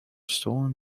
stolen